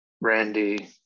Randy